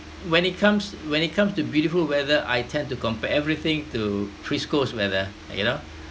when it comes when it comes to beautiful weather I tend to compare everything to frisco's weather you know